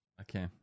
Okay